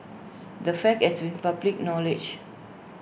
the fact has been public knowledge